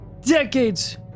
Decades